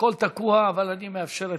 הכול תקוע אבל אני מאפשר את,